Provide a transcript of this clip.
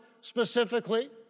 specifically